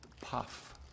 puff